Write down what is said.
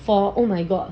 for oh my god